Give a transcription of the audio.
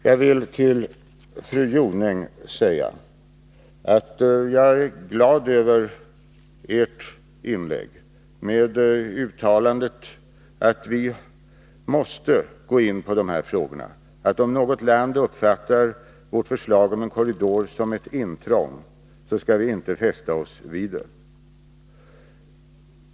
Jag vill till fru Jonäng säga att jag är glad över ert inlägg, med uttalandet att vi måste gå in på de här frågorna och att om något land uppfattar vårt förslag om en korridor som ett intrång, så skall vi inte fästa oss vid det.